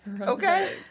okay